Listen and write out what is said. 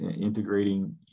integrating